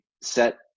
set